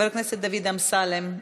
חבר הכנסת דוד אמסלם,